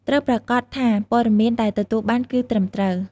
ត្រូវប្រាកដថាព័ត៌មានដែលទទួលបានគឺត្រឹមត្រូវ។